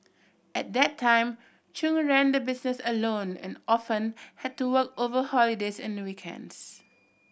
at that time Chung ran the business alone and often had to work over holidays and weekends